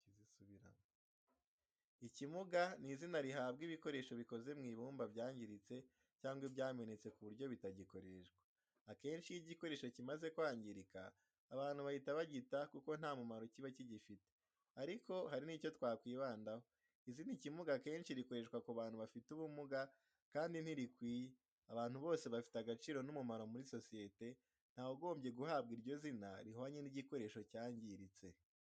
Ikimuga ni izina rihabwa ibikoresho bikoze mu ibumba, byangiritse cyangwa byamenetse ku buryo bitagikoreshwa. Akenshi iyo igikoresho kimaze kwangirika, abantu bahita bagita kuko nta mumaro kiba kigifite. Ariko, hari n’icyo twakwibandaho, izina “ikimuga” kenshi rikoreshwa ku bantu bafite ubumuga, kandi ntirikwiye. Abantu bose bafite agaciro n’umumaro muri sosiyete, nta n’uwagombye guhabwa iryo zina rihwanye n’igikoresho cyangiritse.